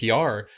PR